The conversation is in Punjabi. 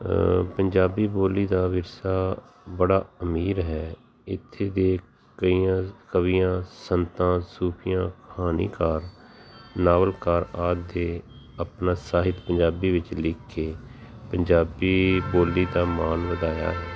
ਪੰਜਾਬੀ ਬੋਲੀ ਦਾ ਵਿਰਸਾ ਬੜਾ ਅਮੀਰ ਹੈ ਇੱਥੇ ਦੇ ਕਈਆਂ ਕਵੀਆਂ ਸੰਤਾਂ ਸੂਫੀਆਂ ਕਹਾਣੀਕਾਰ ਨਾਵਲਕਾਰ ਆਦਿ ਦੇ ਆਪਣਾ ਸਾਹਿਤ ਪੰਜਾਬੀ ਵਿੱਚ ਲਿਖ ਕੇ ਪੰਜਾਬੀ ਬੋਲੀ ਦਾ ਮਾਣ ਵਧਾਇਆ ਹੈ